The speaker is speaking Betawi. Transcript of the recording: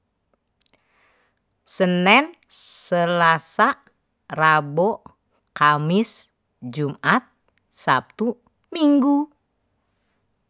Senen, selasa, rabu, kamis. Jumat, sabtu, minggu